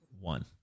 one